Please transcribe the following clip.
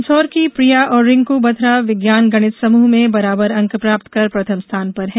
मंदसौर की प्रिया और रिंकू बथरा विज्ञान गणित समूह में बराबर अंक प्राप्त कर प्रथम स्थान पर हैं